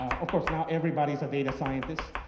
of course not everybody sadat scientist.